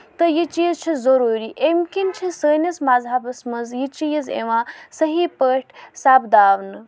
تہٕ یہِ چیٖز چھُ ضروٗری اَمہِ کِنۍ چھ سٲنِس مَزہبس منٛز یہِ چیٖز یِوان صٮحح پٲٹھۍ سَپداونہٕ